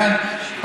לכן,